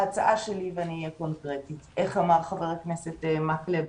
ההצעה שלי ואני אהיה קונקרטית איך אמר חבר הכנסת מקלב,